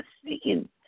speaking